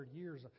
years